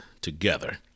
together